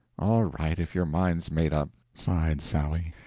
all right, if your mind's made up, sighed sally.